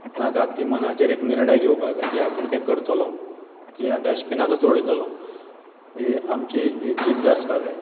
करनाकात ती मनाचेर एक निर्णय घेवपाक जाय की आपूण तें करतलो की हांव डस्टबिनांतूच उडयतलो ही आमची ही जिद्द आसपाक जाय